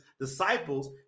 disciples